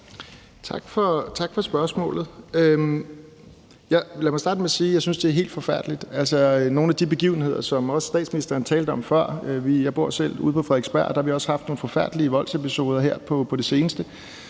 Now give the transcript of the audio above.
Tak for spørgsmålet. Lad mig starte med at sige, at jeg synes, det er helt forfærdeligt, altså med nogle af de begivenheder, som også statsministeren talte om før. Jeg bor selv ude på Frederiksberg, og der har vi også haft nogle forfærdelige voldsepisoder her på det seneste,